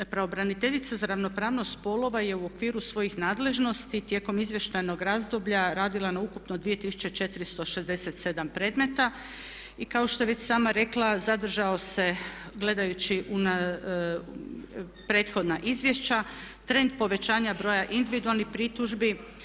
Pravobraniteljica za ravnopravnost spolova je u okviru svojih nadležnosti tijekom izvještajnog razdoblja radila na ukupno 2467 predmeta i kao što je već sama rekla zadržao se gledajući se prethodna izvješća trend povećanja broja individualnih pritužbi.